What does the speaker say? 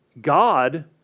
God